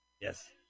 Yes